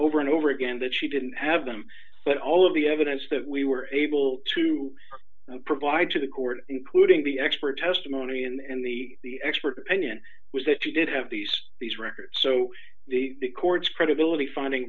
over and over again that she didn't have them but all of the evidence that we were able to provide to the court including the expert testimony and the expert opinion was if you didn't have these these records so the court's credibility finding